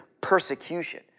persecution